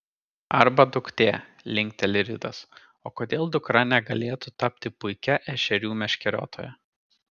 arba duktė linkteli ridas o kodėl dukra negalėtų tapti puikia ešerių meškeriotoja